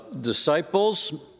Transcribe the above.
disciples